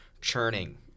churning